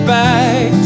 back